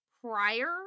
prior